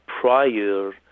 prior